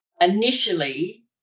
initially